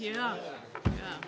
yeah yeah